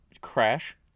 crash